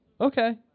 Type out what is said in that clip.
okay